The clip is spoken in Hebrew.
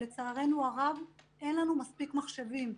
ולצערנו הרב, אין לנו מספיק מחשבים.